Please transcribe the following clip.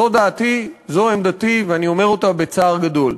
זו דעתי, זו עמדתי, ואני אומר אותה בצער גדול.